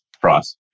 price